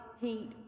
heat